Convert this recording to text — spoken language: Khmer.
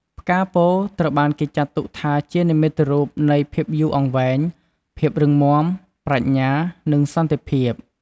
ផ្កាពោធិ៍ត្រូវបានគេចាត់ទុកថាជា និមិត្តរូបនៃភាពយូរអង្វែង ភាពរឹងមាំ ប្រាជ្ញា និងសន្តិភាព។